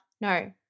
no